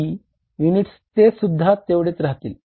पर units ते सुद्धा तेवढीच राहील